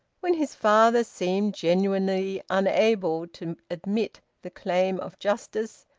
when his father seemed genuinely unable to admit the claim of justice,